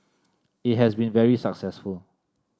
it has been very successful